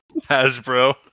Hasbro